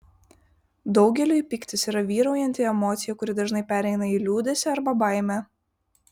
daugeliui pyktis yra vyraujanti emocija kuri dažnai pereina į liūdesį arba baimę